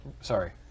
Sorry